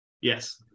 Yes